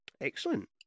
Excellent